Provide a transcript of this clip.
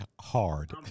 Hard